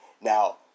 Now